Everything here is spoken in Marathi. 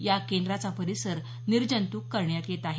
या केंद्राचा परिसर निर्जंतूक करण्यात येत आहे